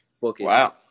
Wow